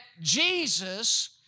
Jesus